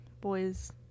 boys